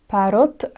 Parot